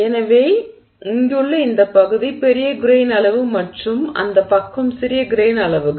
எனவே இங்குள்ள இந்த பகுதி பெரிய கிரெய்ன் அளவு மற்றும் அந்த பக்கம் சிறிய கிரெய்ன் அளவுகள்